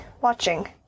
watching